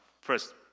First